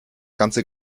ganze